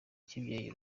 kibyeyi